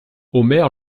omer